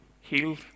healed